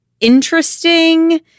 interesting